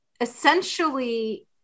essentially